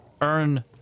earn